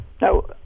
Now